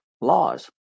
laws